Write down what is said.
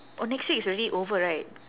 oh next week it's already over right